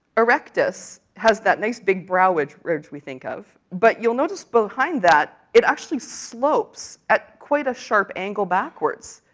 erectus has that nice big brow ridge ridge we think of, but you'll notice behind that, it actually slopes at quite a sharp angle backwards.